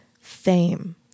fame